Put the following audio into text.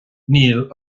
níl